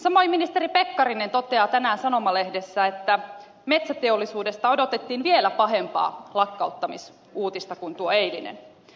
samoin ministeri pekkarinen toteaa tänään sanomalehdessä että metsäteollisuudesta odotettiin vielä pahempaa lakkauttamisuutista kuin tuo eilinen